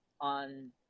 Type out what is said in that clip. on